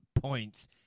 points